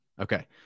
Okay